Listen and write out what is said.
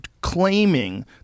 claiming